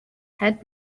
had